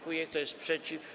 Kto jest przeciw?